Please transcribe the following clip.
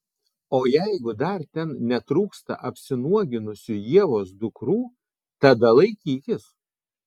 o jeigu dar ten netrūksta apsinuoginusių ievos dukrų tada laikykis